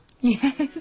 Yes